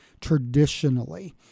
traditionally